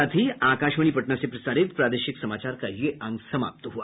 इसके साथ ही आकाशवाणी पटना से प्रसारित प्रादेशिक समाचार का ये अंक समाप्त हुआ